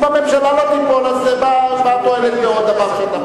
אם הממשלה לא תיפול, אז מה התועלת בעוד דבר שאתה